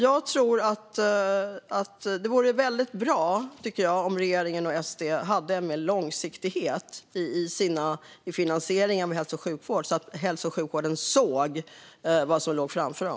Jag tycker att det vore bra om regeringen och SD hade mer långsiktighet i finansieringen av hälso och sjukvården så att hälso och sjukvården såg vad som låg framför den.